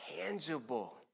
tangible